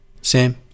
Sam